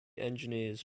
engineers